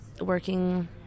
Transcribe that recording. working